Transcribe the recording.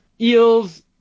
Eels